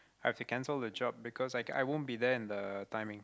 I have to cancel the job because I won't be there in the timing